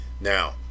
Now